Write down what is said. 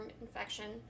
infection